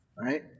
Right